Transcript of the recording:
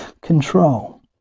control